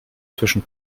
zwischen